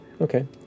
okay